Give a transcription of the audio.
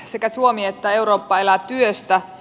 sekä suomi että eurooppa elää työstä